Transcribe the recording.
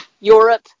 Europe